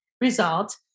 result